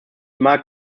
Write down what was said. mag